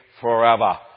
forever